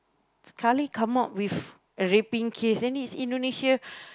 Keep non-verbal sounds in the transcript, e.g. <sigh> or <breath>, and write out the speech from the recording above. sekali come out with a raping case then it's Indonesia <breath>